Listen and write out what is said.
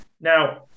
Now